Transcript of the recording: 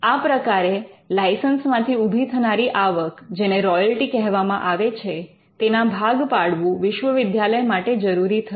આ પ્રકારે લાઇસન્સ માંથી ઉભી થનારી આવક જેને રોયલટી કહેવામાં આવે છે તેના ભાગ પાડવું વિશ્વવિદ્યાલય માટે જરૂરી થયું